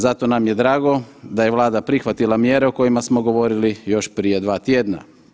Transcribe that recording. Zato nam je drago da je Vlada prihvatila mjere o kojima smo govorili još prije dva tjedna.